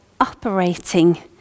operating